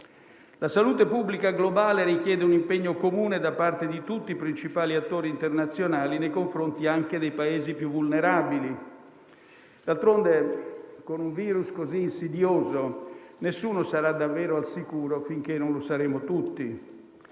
La salute pubblica globale richiede un impegno comune da parte di tutti i principali attori internazionali nei confronti anche dei Paesi più vulnerabili. D'altronde, con un virus così insidioso, nessuno sarà davvero al sicuro, finché non lo saremo tutti.